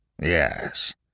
Yes